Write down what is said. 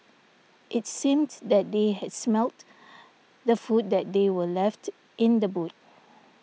it seemed that they had smelt the food that they were left in the boot